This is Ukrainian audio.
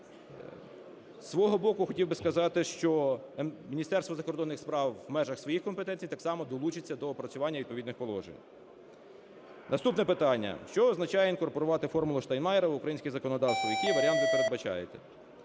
Зі свого боку хотів би сказати, що Міністерство закордонних справ у межах своїх компетенцій так само долучиться до опрацювання відповідних положень. Наступне питання: "Що означає інкорпорувати "формулу Штайнмайєра" в українське законодавство, які варіанти передбачаєте?"